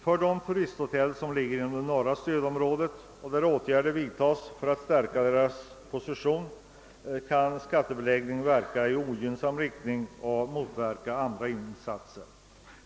För de turisthotell som ligger inom det norra stödområdet och där åtgärder vidtas för att stärka företagens position kan skattebeläggning verka i ogynnsam riktning och motverka andra insatser.